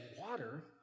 water